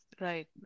Right